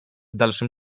dalszym